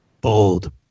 Bold